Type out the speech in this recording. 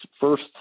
first